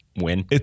win